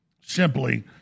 Simply